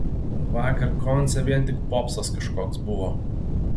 vakar konce vien tik popsas kažkoks buvo